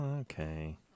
okay